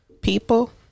people